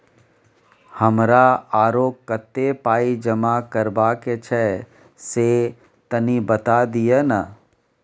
हमरा आरो कत्ते पाई जमा करबा के छै से तनी बता दिय न?